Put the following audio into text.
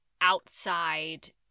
outside